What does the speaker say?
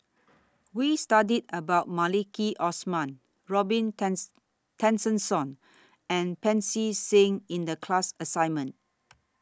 We studied about Maliki Osman Robin Tessensohn and Pancy Seng in The class assignment